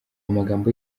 amagambo